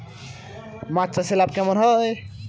মাছ চাষে লাভ কেমন হয়?